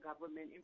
government